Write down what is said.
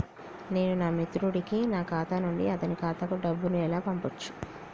నేను నా మిత్రుడి కి నా ఖాతా నుండి అతని ఖాతా కు డబ్బు ను ఎలా పంపచ్చు?